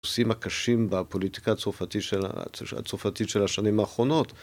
נושאים הקשים בפוליטיקה הצרפתית של השנים האחרונות